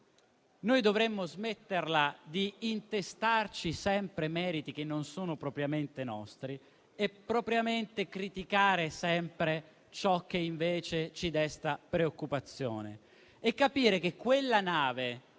che dovremmo smetterla di intestarci sempre meriti che non sono propriamente nostri e criticare sempre ciò che invece ci desta preoccupazione e capire che quella nave,